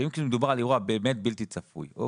שאם מדובר על אירוע באמת בלתי צפוי.